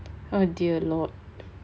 oh dear lord